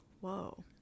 Whoa